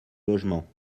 logement